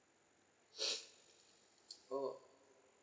bro